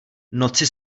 noci